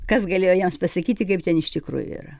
kas galėjo jiems pasakyti kaip ten iš tikrųjų yra